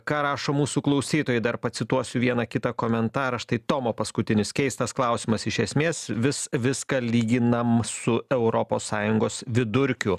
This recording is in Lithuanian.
ką rašo mūsų klausytojai dar pacituosiu vieną kitą komentarą štai tomo paskutinis keistas klausimas iš esmės vis viską lyginam su europos sąjungos vidurkiu